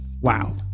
Wow